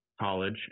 college